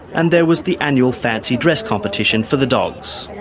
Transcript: and there was the annual fancy dress competition for the dogs.